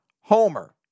homer